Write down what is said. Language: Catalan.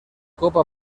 copa